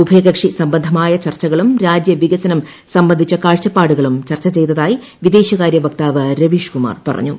ഉഭയകക്ഷി സംബന്ധമായ ചർച്ചകളും രാജ്യവികസനം സംബന്ധിച്ച കാഴ്ചപ്പാട്ടൂക്കിളും ചർച്ച ചെയ്തതായി വിദേശകാര്യ വക്താവ് രൂപീഷ്കുമാർ പറഞ്ഞു